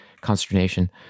consternation